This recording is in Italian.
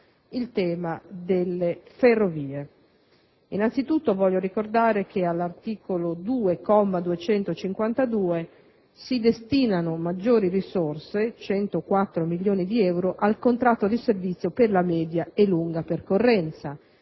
riguarda le ferrovie. Innanzitutto, desidero ricordare che all'articolo 2, comma 252, si destinano maggiori risorse (104 milioni di euro) al contratto di servizio per la media e lunga percorrenza.